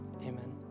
Amen